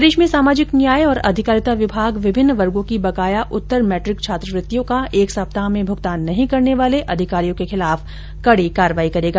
प्रदेश में सामाजिक न्याय और अधिकारिता विभाग विभिन्न वर्गों की बकाया उत्तर मैट्रिक छात्रवृतियों का एक सप्ताह में भूगतान नहीं करने वाले अधिकारियों के खिलाफ कार्रवाई करेगा